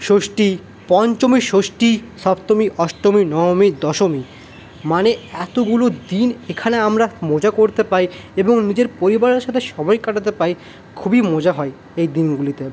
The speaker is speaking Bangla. ষষ্ঠী পঞ্চমী ষষ্ঠী সপ্তমী অষ্টমী নবমী দশমী মানে এতগুলো দিন এখানে আমরা মজা করতে পাই এবং নিজের পরিবারের সাথে সময় কাটাতে পাই খুবই মজা হয় এই দিনগুলিতে